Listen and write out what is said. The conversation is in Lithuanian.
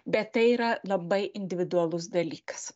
bet tai yra labai individualus dalykas